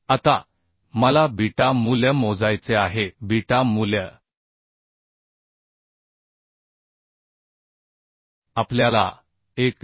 आता मला बीटा मूल्य मोजायचे आहे बीटा मूल्य आपल्याला 1